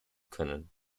können